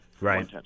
right